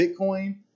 Bitcoin